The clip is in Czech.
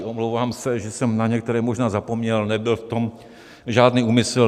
Omlouvám se, že jsem na některé možná zapomněl, nebyl v tom žádný úmysl.